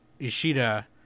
Ishida